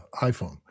iPhone